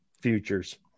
futures